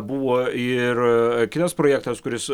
buvo ir kitas projektas kuris